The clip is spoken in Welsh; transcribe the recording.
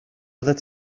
byddet